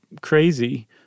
crazy